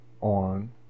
on